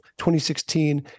2016